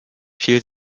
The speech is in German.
viel